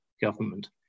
government